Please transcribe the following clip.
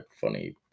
funny